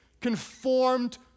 conformed